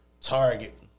Target